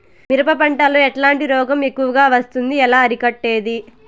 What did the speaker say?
మిరప పంట లో ఎట్లాంటి రోగం ఎక్కువగా వస్తుంది? ఎలా అరికట్టేది?